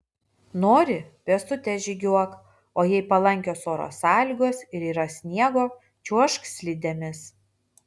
nori pėstute žygiuok o jei palankios oro sąlygos ir yra sniego čiuožk slidėmis